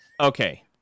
Okay